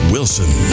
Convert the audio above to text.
Wilson